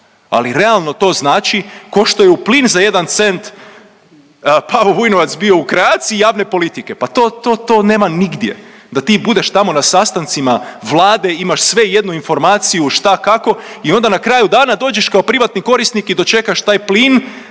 ali realno to znači kao što je plin za jedan cent Pavao Vujnovac bio u kreaciji javne politike. Pa to, to nema nigdje da ti budeš tamo na sastancima Vlade, imaš sve i jednu informaciju šta, kako i onda na kraju dana dođeš kao privatni korisnik i dočekaš taj plin,